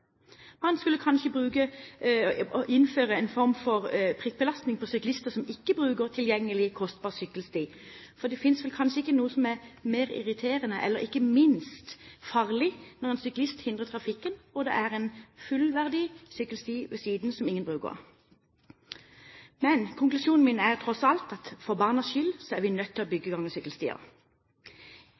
å bekoste dette. Man skulle kanskje innføre en form for prikkbelastning av syklister som ikke bruker tilgjengelig, kostbar sykkelsti. Det finnes vel ikke noe som er mer irriterende – og ikke minst farlig – enn at en syklist hindrer trafikken, og det er en fullverdig sykkelsti ved siden av, som ingen bruker. Men konklusjonen min er, tross alt, at for barnas skyld er vi nødt til å bygge